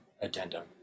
addendum